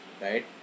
right